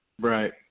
Right